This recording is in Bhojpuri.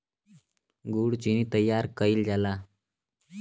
गुड़ चीनी तइयार कइल जाला